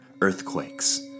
earthquakes